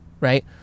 right